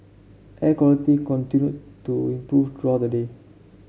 air quality continued to improve throughout the day